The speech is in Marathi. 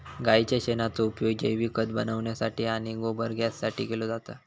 गाईच्या शेणाचो उपयोग जैविक खत बनवण्यासाठी आणि गोबर गॅससाठी केलो जाता